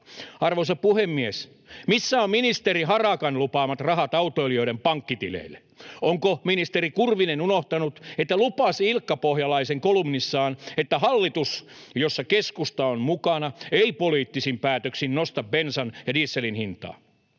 Arvoisa puhemies! Missä ovat ministeri Harakan lupaamat rahat autoilijoiden pankkitileille? Onko ministeri Kurvinen unohtanut, että lupasi Ilkka-Pohjalaisen kolumnissaan, että hallitus, jossa keskusta on mukana, ei poliittisin päätöksin nosta bensan ja dieselin hintaa?